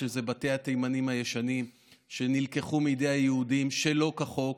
שזה בתי התימנים הישנים שנלקחו מידי היהודים שלא כחוק.